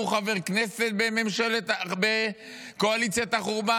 הוא חבר כנסת בקואליציית החורבן,